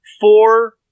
four